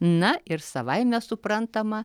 na ir savaime suprantama